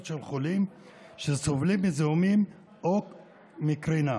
של חולים שסובלים מזיהומים או מקרינה,